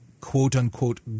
quote-unquote